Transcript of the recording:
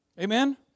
Amen